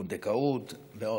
פונדקאות ועוד.